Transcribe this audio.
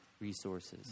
resources